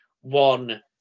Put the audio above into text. One